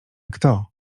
kto